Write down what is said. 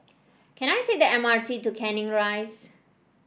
can I take the M R T to Canning Rise